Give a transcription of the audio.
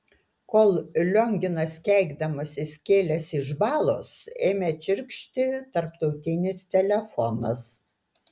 kol lionginas keikdamasis kėlėsi iš balos ėmė čirkšti tarptautinis telefonas